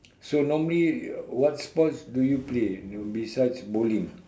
so normally you what sports do you play besides bowling